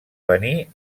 venir